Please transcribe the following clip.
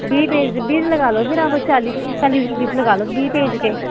बीह् पेज़ ते बीह् पेज़ दे लगाई लैओ तुस चालीस रपे लगा लो तुस बीह् पेज़ के